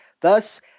Thus